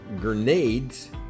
grenades